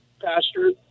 Pastor